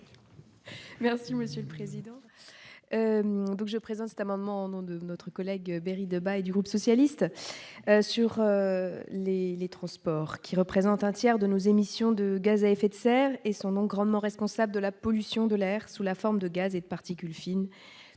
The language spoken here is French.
Merci monsieur le président je présente cet amendement non de notre collègue Berry de bas et du groupe socialiste sur. Les les transports qui représente un tiers de nos émissions de gaz à effet de serre et son nom grandement responsable de la pollution de l'air sous la forme de gaz et particules fines